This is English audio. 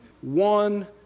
one